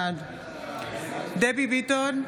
בעד דבי ביטון,